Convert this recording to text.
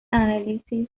analysis